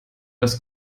das